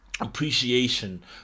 appreciation